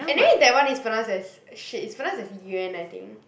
anyway that one is pronounced as !shit! it's pronounced as Yuan I think